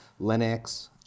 Linux